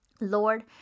Lord